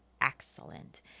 excellent